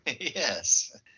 Yes